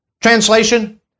Translation